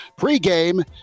pregame